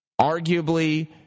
arguably